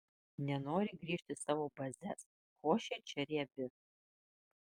nenori grįžt į savo bazes košė čia riebi